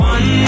One